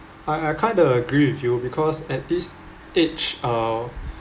I I kind of agree with you because at this age uh